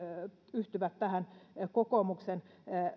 yhtyvät tähän kokoomuksen